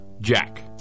Jack